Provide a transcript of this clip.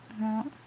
No